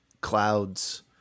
clouds